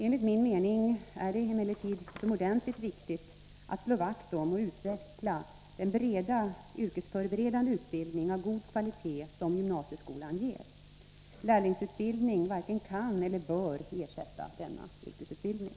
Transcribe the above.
Enligt min mening är det emellertid utomordentligt viktigt att slå vakt om och utveckla den breda yrkesförberedande utbildning av god kvalitet som gymnasieskolan ger. Lärlingsutbildning varken kan eller bör ersätta denna yrkesutbildning.